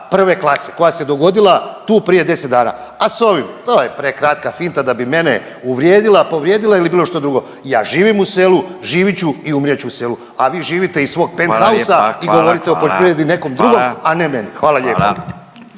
prve klase koja se dogodila tu prije 10 dana, a s ovim, to je prekratka finta da bi mene uvrijedila, povrijedila ili bilo što drugo. Ja živim u selu, živit ću i umrijet ću u selu, a vi živite iz svog penthousea .../Upadica: Hvala lijepa.